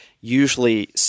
usually